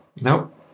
Nope